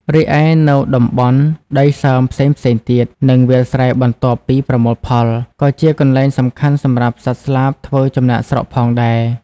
រីឯ នៅតំបន់ដីសើមផ្សេងៗទៀត និងវាលស្រែបន្ទាប់ពីប្រមូលផល ក៏ជាកន្លែងសំខាន់សម្រាប់សត្វស្លាបធ្វើចំណាកស្រុកផងដែរ។